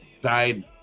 died